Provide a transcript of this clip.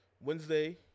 wednesday